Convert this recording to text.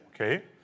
okay